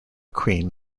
queen